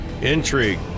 intrigue